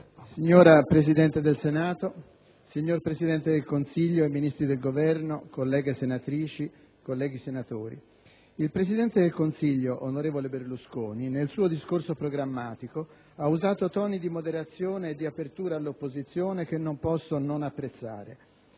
Signora Presidente del Senato, signor Presidente del Consiglio e Ministri del Governo, colleghe senatrici, colleghi senatori, il presidente del Consiglio, onorevole Berlusconi, nel suo discorso programmatico ha usato toni di moderazione e di apertura all'opposizione che non posso non apprezzare: